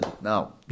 no